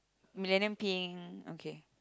millennium pink okay